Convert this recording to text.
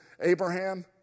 Abraham